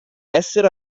essere